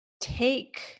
take